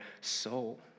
soul